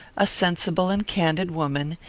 a sensible and candid woman,